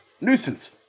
nuisance